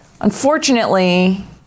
Unfortunately